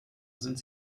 sind